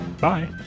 Bye